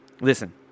Listen